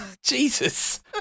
Jesus